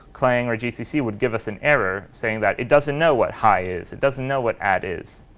clang, or gcc would give us an error saying that it doesn't know what high is. it doesn't know what add is.